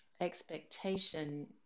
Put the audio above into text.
expectation